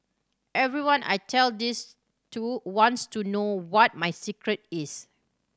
everyone I tell this to wants to know what my secret is